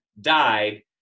died